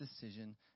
decision